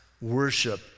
worship